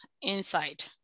inside